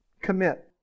commit